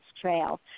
Trail